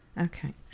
Okay